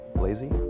lazy